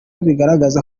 bigaragaza